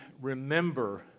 remember